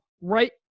right